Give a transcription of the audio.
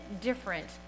different